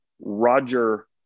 Roger